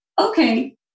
okay